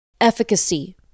efficacy